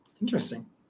Interesting